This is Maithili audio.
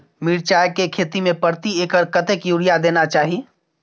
मिर्चाय के खेती में प्रति एकर कतेक यूरिया देना चाही?